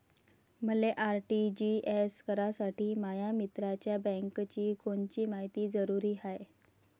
मले आर.टी.जी.एस करासाठी माया मित्राच्या बँकेची कोनची मायती जरुरी हाय?